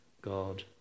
God